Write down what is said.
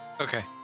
okay